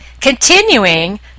continuing